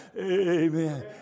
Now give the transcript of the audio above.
Amen